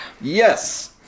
Yes